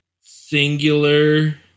singular